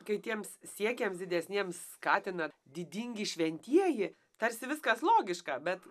kai tiems siekiams didesniems skatina didingi šventieji tarsi viskas logiška bet